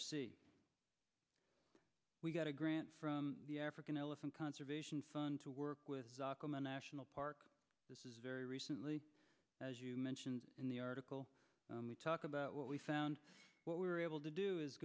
northeastern we got a grant from the african elephant conservation fund to work with a national park this is very recently as you mentioned in the article we talk about what we found what we were able to do